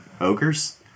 ogres